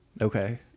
Okay